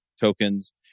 tokens